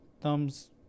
thumbs